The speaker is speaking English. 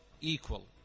equal